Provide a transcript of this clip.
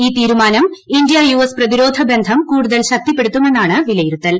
ഈ തീരുമാനം India U S പ്രി്തിരോധ ബന്ധം കൂടുതൽ ശക്തിപ്പെടുത്തുമെന്നാണ് വില്യിരുത്തൽ